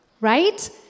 right